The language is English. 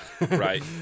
right